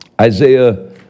Isaiah